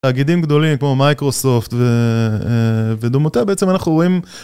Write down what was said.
תאגידים גדולים כמו מייקרוסופט ודומותיה בעצם אנחנו רואים